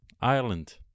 Ireland